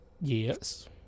yes